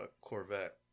Corvette